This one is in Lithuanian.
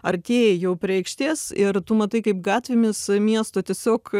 artėji jau prie aikštės ir tu matai kaip gatvėmis miesto tiesiog